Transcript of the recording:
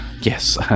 Yes